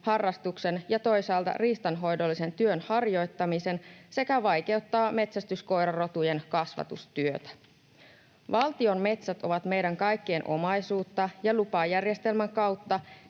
harrastuksen ja toisaalta riistanhoidollisen työn harjoittamisen sekä metsästyskoirarotujen kasvatustyötä. Valtion metsät ovat meidän kaikkien omaisuutta, ja lupajärjestelmän kautta